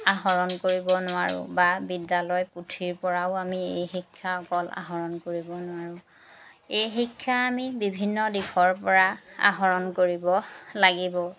আহৰণ কৰিব নোৱাৰোঁ বা বিদ্যালয় পুথিৰ পৰাও আমি এই শিক্ষা অকল আহৰণ কৰিব নোৱাৰোঁ এই শিক্ষা আমি বিভিন্ন দিশৰ পৰা আহৰণ কৰিব লাগিব